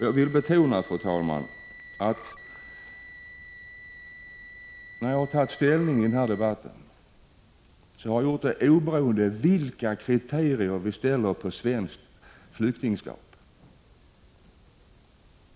Jag vill betona, fru talman, att jag har tagit ställning i denna debatt oberoende av vilka kriterier vi i Sverige ställer på flyktingskap.